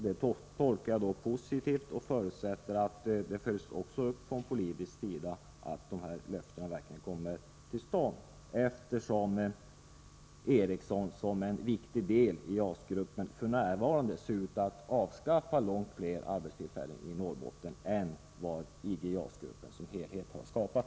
Det tolkar jag positivt, och jag förutsätter att detta också följs upp från politisk sida, så att dessa löften verkligen infrias, eftersom Ericsson som en viktig del i JAS-gruppen f.n. ser ut att avskaffa långt fler arbetstillfällen i Norrbotten än vad IG JAS-gruppen som helhet har skapat.